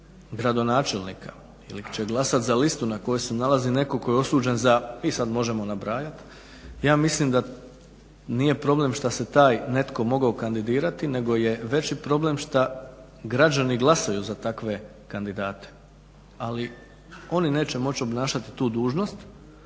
gradonačelnika, ili će glasati za listu na kojoj se netko tko je osuđen za, i sad možemo nabrajati, ja mislim da nije problem što se taj netko mogao kandidirati, nego je veći problem šta građani glasaju za takve kandidate, ali oni neće moći obnašati tu dužnost,